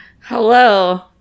Hello